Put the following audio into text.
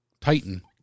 Titan